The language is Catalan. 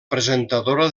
presentadora